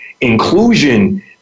Inclusion